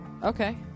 Okay